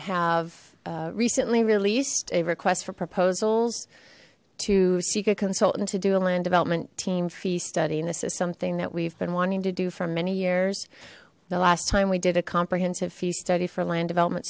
have recently released a request for proposals to seek a consultant to do a land development team fee study this is something that we've been wanting to do for many years the last time we did a comprehensive fee study for land development